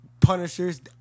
Punishers